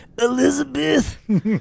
Elizabeth